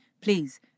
Please